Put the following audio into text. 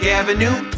avenue